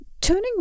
Turning